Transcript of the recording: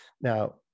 Now